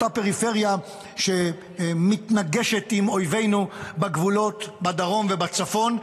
אותה פריפריה שמתנגשת עם אויבינו בגבולות בדרום ובצפון,